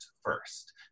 first